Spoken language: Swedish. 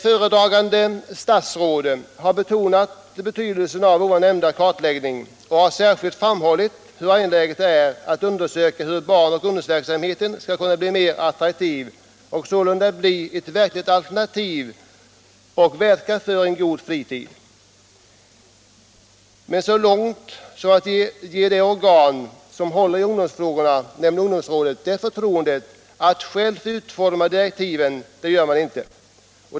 Föredragande statsrådet har betonat betydelsen av kartläggningen och har särskilt framhållit hur angeläget det är att undersöka hur barn och ungdomsverksamheten skall kunna bli mer attraktiv och sålunda bli ett verkligt alternativ, så att den verkar för en god fritid. Men att sträcka sig så långt som att ge det organ som håller i ungdomsfrågorna, nämligen ungdomsrådet, förtroendet att självt utforma direktiven gör man inte.